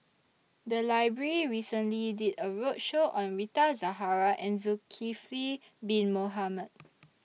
The Library recently did A roadshow on Rita Zahara and Zulkifli Bin Mohamed